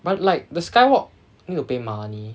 but like the skywalk need to pay money